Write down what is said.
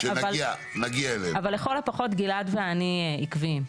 אבל לכל הפחות גלעד ואני עקביים.